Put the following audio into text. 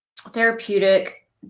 therapeutic